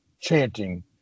chanting